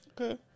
Okay